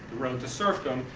road to serfdom,